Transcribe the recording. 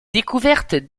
découvertes